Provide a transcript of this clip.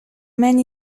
men